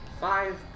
Five